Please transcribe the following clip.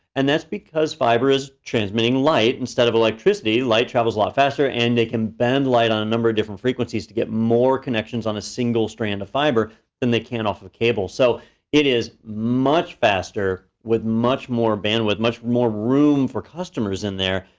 and that's because fiber is transmitting light instead of electricity. light travels a lot faster, and they can bend light on a number of different frequency to get more connections on a single strand of fiber and they can off of cable. so it is much faster with much more bandwidth, much more room for customers in there.